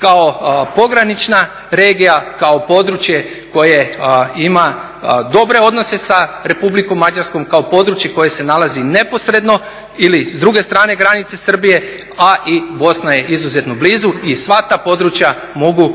kao pogranična regija, kao područje koje ima dobre odnose sa Republikom Mađarskom, kao područje koje se nalazi neposredno ili s druge strane granice Srbije a i Bosna je izuzetno blizu i sva ta područja mogu